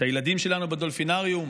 את הילדים שלנו בדולפינריום?